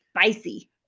spicy